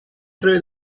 through